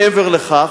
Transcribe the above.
מעבר לכך,